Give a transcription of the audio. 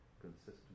consistent